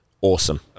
awesome